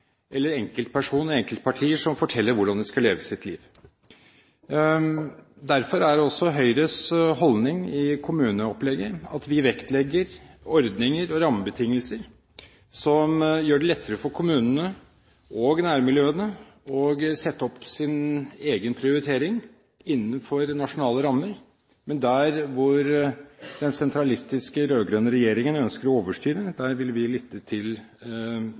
eller enkeltpersoner eller enkeltpartier som forteller hvordan en skal leve sitt liv. Derfor er også Høyres holdning i kommuneopplegget at vi vektlegger ordninger og rammebetingelser som gjør det lettere for kommunene og nærmiljøene å sette opp sin egen prioritering innenfor nasjonale rammer, men der hvor den sentralistiske rød-grønne regjeringen ønsker å overstyre, vil vi lytte til